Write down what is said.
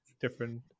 different